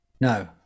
No